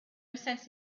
sense